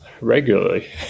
regularly